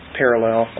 parallel